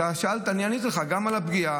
שאלת ועניתי לך גם על הפגיעה.